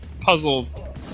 puzzle